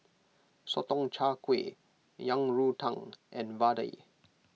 Sotong Char Kway Yang Rou Tang and Vadai